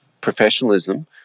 professionalism